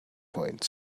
point